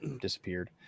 disappeared